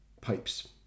pipes